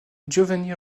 giovanni